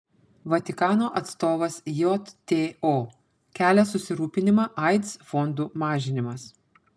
vatikano atstovas jto kelia susirūpinimą aids fondų mažinimas